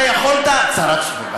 אתה יכולת, צרה צרורה.